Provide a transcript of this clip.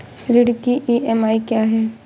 ऋण की ई.एम.आई क्या है?